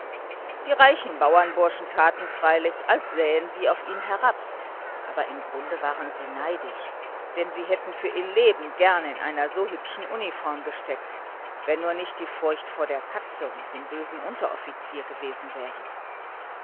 die reichen bauernburschen taten freilich als sähen sie auf ihn herab aber im grunde waren sie neidisch denn sie hätten für ihr leben gern in einer so hübschen uniform gesteckt wenn nur nicht die furcht vor der katze und dem bösen unteroffizier gewesen wäre